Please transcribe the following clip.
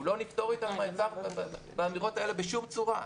לא נפתור איתם באמירות האלה בשום צורה.